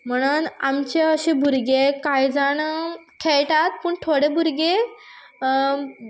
म्हणन आमचे अशे भुरगे कांय जाण खेळटात पूण थोडे भुरगे